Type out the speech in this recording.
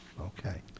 okay